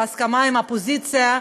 בהסכמה עם האופוזיציה,